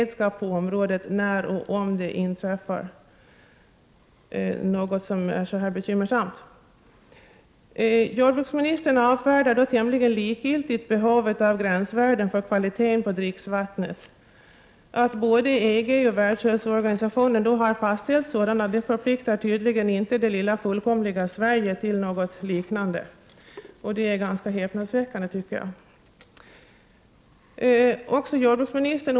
Det är naturvårdsverket som ansvarar för att det upprättas kontrollprogram för skydd av grundvatten.